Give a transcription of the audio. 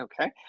okay